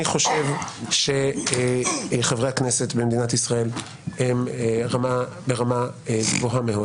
חושב שחברי הכנסת במדינת ישראל הם ברמה גבוהה מאוד.